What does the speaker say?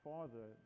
Father